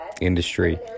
industry